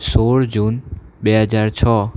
સોળ જૂન બે હજાર છ